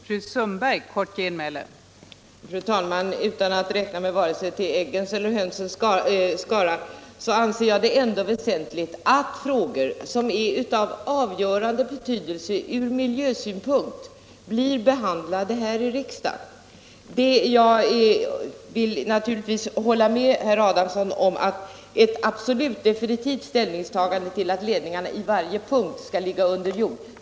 Fru talman! Utan att räkna mig till vare sig äggens eller hönsens skara anser jag det väsentligt att frågor som är av avgörande betydelse ur miljösynpunkt blir behandlade i riksdagen. Jag håller naturligtvis med herr Adamsson om att vi här inte kan göra något definitivt ställningstagande till frågan om ledningarna skall läggas under jord.